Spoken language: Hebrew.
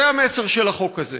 זה המסר של החוק הזה,